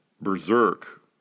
berserk